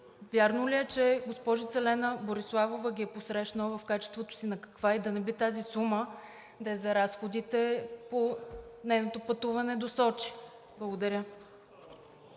вярно ли е, че госпожица Лена Бориславова ги е посрещнала? В качеството си на каква? И да не би тази сума да е за разходите по нейното пътуване до Сочи? Благодаря.